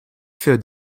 für